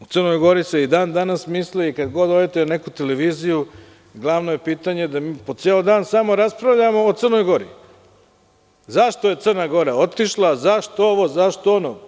U Crnog Gori se i dan danas misli, kad god odete na neku televiziju, glavno je pitanje da mi po ceo dan samo raspravljamo o Crnoj Gori - zašto je Crna Gora otišla, zašto ovo, zašto ono?